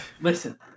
Listen